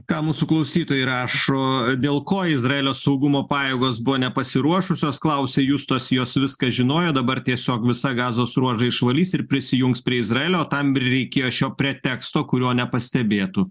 ką mūsų klausytojai rašo dėl ko izraelio saugumo pajėgos buvo nepasiruošusios klausia justas jos viską žinojo dabar tiesiog visą gazos ruožą išvalys ir prisijungs prie izraelio tam ir reikėjo šio preteksto kurio nepastebėtų